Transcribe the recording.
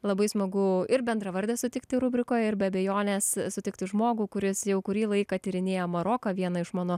labai smagu ir bendravardę sutikti rubrikoje ir be abejonės sutikti žmogų kuris jau kurį laiką tyrinėja maroką vieną iš mano